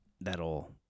that'll